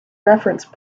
reference